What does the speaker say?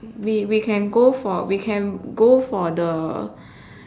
we we can go for we can go for the